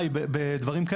קופות החולים ובתי החולים,